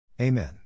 Amen